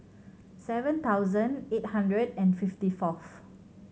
seven thousand eight hundred and fifty forth